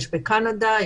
יש בקנדה,